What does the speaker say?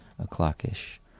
o'clock-ish